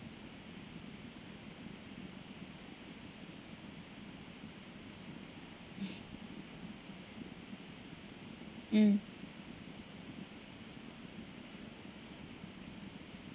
um